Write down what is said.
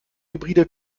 hybride